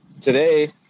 today